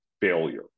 failure